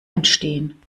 entstehen